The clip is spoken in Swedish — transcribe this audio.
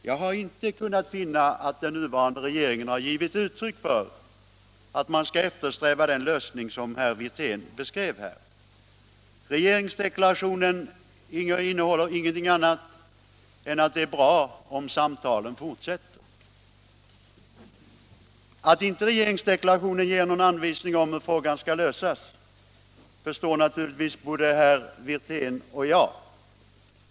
Jag har inte kunnat finna att den nuvarande regeringen har givit uttryck åt uppfattningen att man skall eftersträva den lösning som herr Wirtén beskrev här. Regeringsdeklarationen innehåller ingenting annat än att det är bra om samtalen fortsätter. Att regeringsdeklarationen inte ger någon anvisning om hur frågan skall lösas förstår naturligtvis både herr Wirtén och jag.